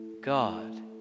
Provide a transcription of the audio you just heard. God